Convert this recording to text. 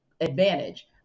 advantage